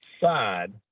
side